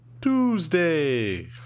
Tuesday